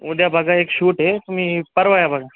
उद्या बघा एक शूट आहे तुम्ही परवा या बघा